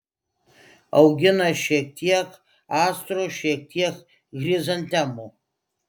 augina šiek tiek astrų šiek tiek chrizantemų